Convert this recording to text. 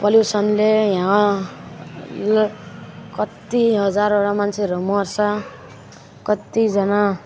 पल्युसनले यहाँ ल कति हजारवटा मान्छेहरू मर्छ कतिजना